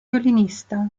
violinista